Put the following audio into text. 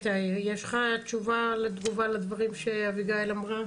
יש לך תשובה לתגובה לדברים שאביגיל אמרה?